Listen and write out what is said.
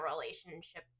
relationship